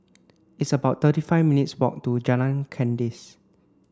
it's about thirty five minutes' walk to Jalan Kandis